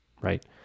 right